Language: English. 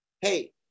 Hey